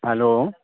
hello